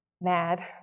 mad